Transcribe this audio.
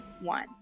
one